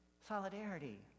Solidarity